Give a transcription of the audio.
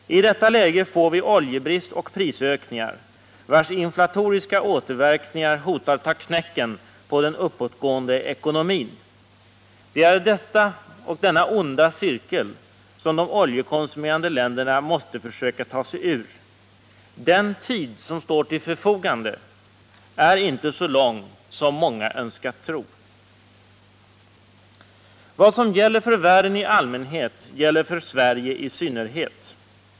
I detta läge får vi oljebrist och prisökningar — vilkas inflatoriska återverkningar hotar att ta knäcken på den uppåtgående ekonomin. Detta är den onda cirkel som de oljekonsumerande länderna måste försöka bryta. Den tid som står till förfogande är inte så lång som många önskat tro. Vad som gäller för världen i allmänhet gäller för Sverige i synnerhet.